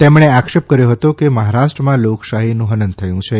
તેમણે આક્ષેપ કર્યો કે મહારાષ્ટ્રમાં લોકશાહીનું હનન થયું છે